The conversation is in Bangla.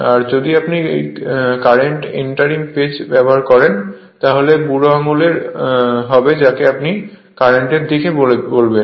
আর যদি আপনি কারেন্ট এন্টারিং পেজ ব্যবহার করেন তাহলে বুড়ো আঙুল হবে যাকে আপনি কারেন্ট এর দিকে বলবেন